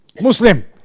Muslim